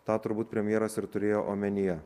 tą turbūt premjeras ir turėjo omenyje